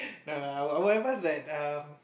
no lah I will I will advise like um